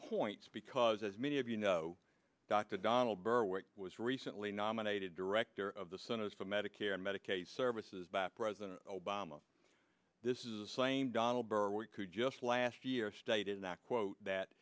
points because as many of you know dr donald berwick was recently nominated director of the centers for medicare medicaid services by president obama this is the same donald berwick who just last year stated that quote that